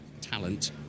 talent